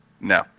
No